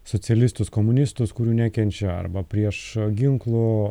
socialistus komunistus kurių nekenčia arba prieš ginklų